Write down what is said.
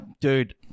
Dude